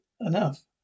enough